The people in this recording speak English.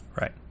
right